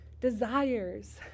desires